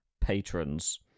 patrons